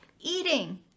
eating